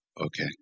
okay